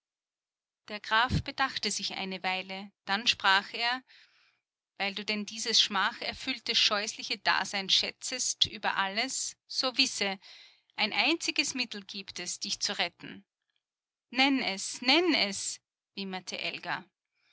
der graf bedachte sich eine weile dann sprach er weil du denn dieses schmacherfüllte scheußliche dasein schätzest über alles so wisse ein einziges mittel gibt es dich zu retten nenn es nenne es wimmerte elga